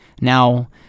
Now